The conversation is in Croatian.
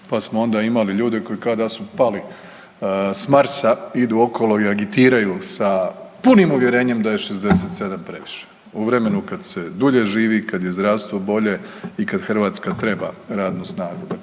pa smo onda imali ljude koji kao da su pali sa Marsa, idu okolo i agitiraju sa punim uvjerenjem da je 67 previše u vremenu kad se dulje živi, kad je zdravstvo bolje i kad Hrvatska treba radnu snagu.